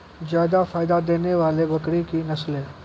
जादा फायदा देने वाले बकरी की नसले?